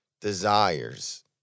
desires